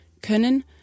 können